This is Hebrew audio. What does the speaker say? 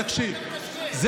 מה אתה מקשקש?